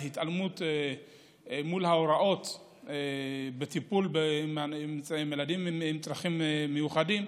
בהתעלמות מההוראות לטיפול בילדים עם צרכים מיוחדים,